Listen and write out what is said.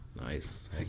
Nice